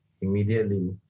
immediately